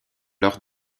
lors